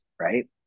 right